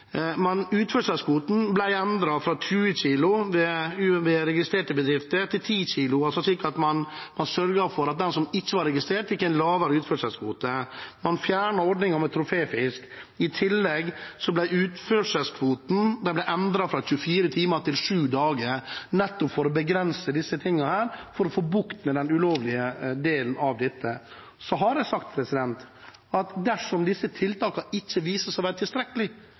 man innførte i forbindelse med regelverket som trådte i kraft 1. januar 2018. Det ble innført en registrering knyttet til turistfiskevirksomheten. Utførselskvoten ble endret: 20 kg ved registrerte bedrifter og 10 kg fra eget fiske. Slik sørget man for at de som ikke var registrert, fikk en lavere utførselskvote. Man fjernet ordningen med troféfisk. I tillegg ble utførselskvoten endret fra 24 timer til 7 dager – alt dette for å begrense og få bukt med den ulovlige delen av dette. Jeg har sagt at dersom disse tiltakene viser seg ikke å være